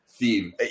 theme